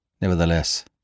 Nevertheless